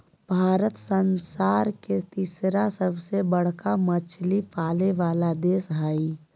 भारत संसार के तिसरा सबसे बडका मछली पाले वाला देश हइ